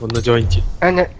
the city and